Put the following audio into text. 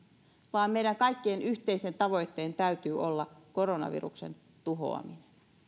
vaan meidän kaikkien yhteisen tavoitteemme täytyy olla koronaviruksen tuhoaminen